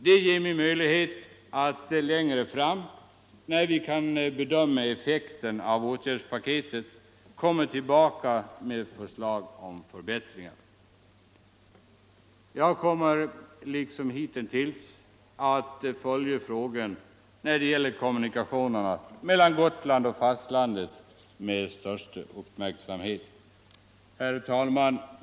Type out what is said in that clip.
Det ger mig möjlighet att längre fram, när vi kan bedöma effekterna av åtgärdspaketet, komma tillbaka med förslag till förbättringar. Jag kommer liksom hittills att följa frågan om kommunikationerna mellan Gotland och fastlandet med största uppmärksamhet. Herr talman!